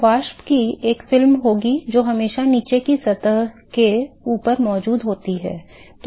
तो वाष्प की एक फिल्म होगी जो हमेशा नीचे की सतह के ऊपर मौजूद होती है